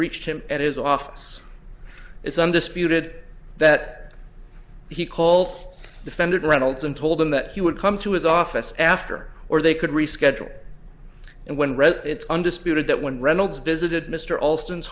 reached him at his office it's undisputed that he call defended reynolds and told him that he would come to his office after or they could reschedule and when it's undisputed that when reynolds visited mr alston's